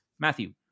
matthew